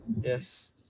Yes